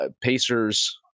Pacers